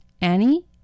Annie